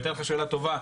והיתה לך שאלה טובה,